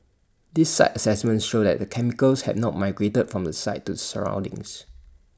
these site assessments show that the chemicals had not migrated from the site to the surroundings